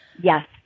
Yes